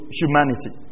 humanity